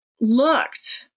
looked